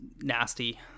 nasty